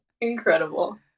Incredible